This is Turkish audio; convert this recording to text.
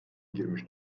girmiş